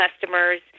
customers